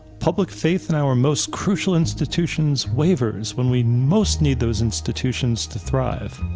public faith in our most crucial institutions wavers when we most need those institutions to thrive.